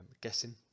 guessing